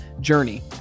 journey